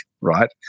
right